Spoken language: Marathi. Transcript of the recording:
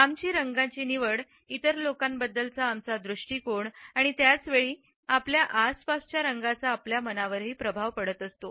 आमची रंगाची निवड इतर लोकांबद्दलचा आमचा दृष्टीकोन आणि त्याच वेळी आपल्या आसपासच्या रंगांचा आपल्या मनावरही प्रभाव पडतो